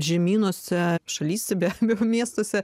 žemynuose šalyse be be jau miestuose